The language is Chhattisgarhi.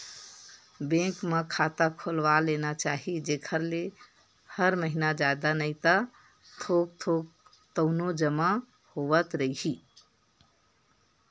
बेंक म खाता खोलवा लेना चाही जेखर ले हर महिना जादा नइ ता थोक थोक तउनो जमा होवत रइही